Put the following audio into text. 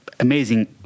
amazing